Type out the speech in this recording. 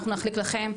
אנחנו נחליק לכם.